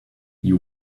you